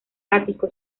ático